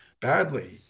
badly